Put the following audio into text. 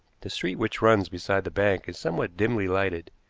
the street which runs beside the bank is somewhat dimly lighted,